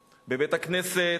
בבית-הכנסת,